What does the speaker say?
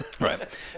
Right